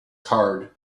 card